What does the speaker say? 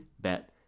bet